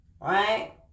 Right